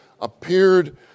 appeared